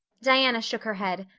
diana shook her head,